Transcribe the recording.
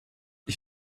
ich